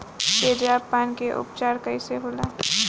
तेजाब पान के उपचार कईसे होला?